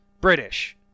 British